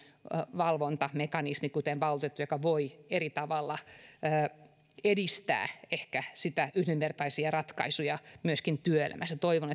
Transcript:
valvontamekanismi kuten valtuutettu joka voi eri tavalla ehkä edistää yhdenvertaisia ratkaisuja myöskin työelämässä toivon